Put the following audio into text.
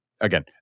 again